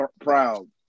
proud